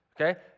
okay